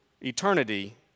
eternity